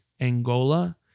Angola